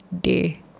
day